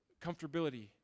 comfortability